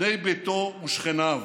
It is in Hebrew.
בני ביתו ושכניו.